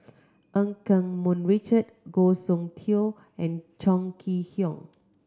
Eu Keng Mun Richard Goh Soon Tioe and Chong Kee Hiong